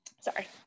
Sorry